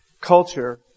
culture